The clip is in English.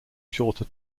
shorter